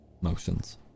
motions